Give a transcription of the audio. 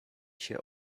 się